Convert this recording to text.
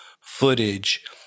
footage